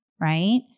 right